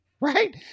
Right